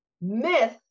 myth